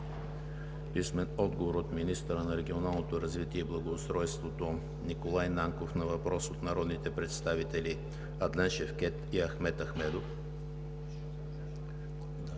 Мехмед Али; - министъра на регионалното развитие и благоустройството Николай Нанков на въпрос от народните представители Адлен Шевкед и Ахмед Ахмедов;